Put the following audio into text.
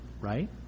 right